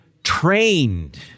trained